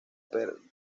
partida